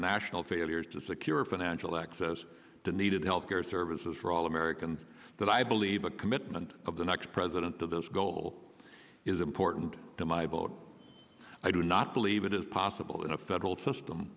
national failures to secure financial access to needed health care services for all americans that i believe a commitment of the next president to those goal is important to my vote i do not believe it is possible in a federal system